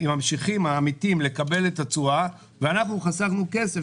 ממשיכים לקבל את התשואה ואנחנו חסכנו כסף